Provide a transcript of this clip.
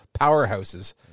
powerhouses